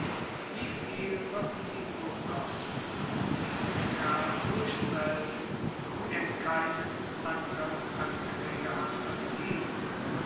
wie viel wird es ihm wohl kosten diesem kerl durchzuhelfen der keinen andern ankläger hat als ihn